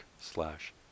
slash